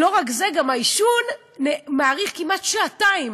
לא רק זה, העישון אורך כמעט שעתיים.